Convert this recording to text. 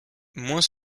moins